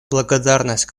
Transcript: благодарность